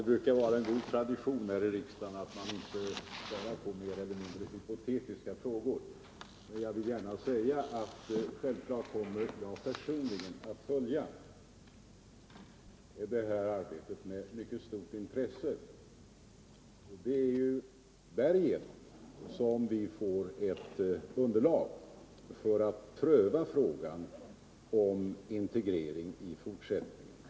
Herr talman! Det brukar höra till god tradition här i riksdagen att man inte svarar på mer eller mindre hypotetiska frågor. Men jag vill gärna säga att jag självfallet personligen kommer att följa detta arbete med mycket stort intresse. Vi kommer nu att få ett underlag för att pröva frågan om en eventuell integrering i framtiden.